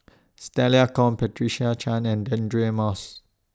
Stella Kon Patricia Chan and Deirdre Moss